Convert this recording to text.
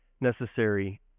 necessary